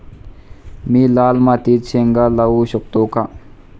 मी लाल मातीत शेंगा लावू शकतो का?